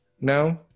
no